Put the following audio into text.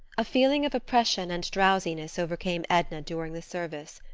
a feeling of oppression and drowsiness overcame edna during the service.